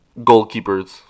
goalkeepers